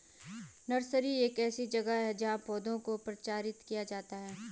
nursery एक ऐसी जगह है जहां पौधों को प्रचारित किया जाता है